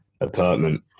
apartment